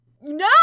no